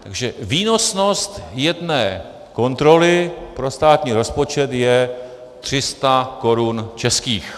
Takže výnosnost jedné kontroly pro státní rozpočet je 300 korun českých.